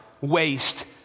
waste